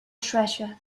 treasure